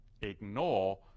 Ignore